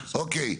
אוקיי.